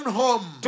home